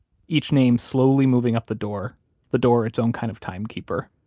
each name slowly moving up the door the door its own kind of timekeeper